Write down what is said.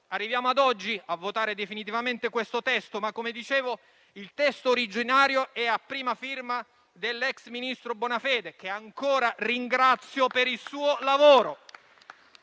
Arriviamo oggi a votare definitivamente questo testo, ma il testo originario è a prima firma dell'ex ministro Bonafede, che ancora ringrazio per il suo lavoro.